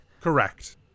Correct